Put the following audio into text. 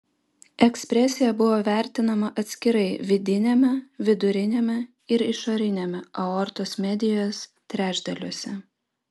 ekspresija buvo vertinama atskirai vidiniame viduriniame ir išoriniame aortos medijos trečdaliuose